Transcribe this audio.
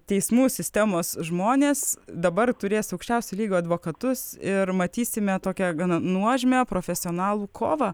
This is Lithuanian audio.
teismų sistemos žmonės dabar turės aukščiausio lygio advokatus ir matysime tokią gana nuožmią profesionalų kovą